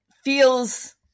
feels